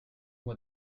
mois